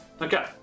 Okay